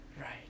Right